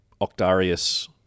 Octarius